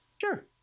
Sure